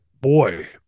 boy